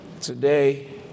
Today